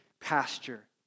pasture